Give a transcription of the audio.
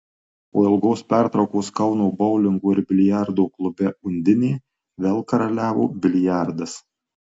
po ilgos pertraukos kauno boulingo ir biliardo klube undinė vėl karaliavo biliardas